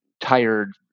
tired